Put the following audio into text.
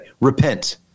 Repent